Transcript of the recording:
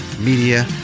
media